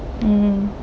mm